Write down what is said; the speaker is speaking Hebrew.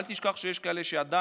אל תשכח שיש כאלה שעדיין,